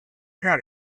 how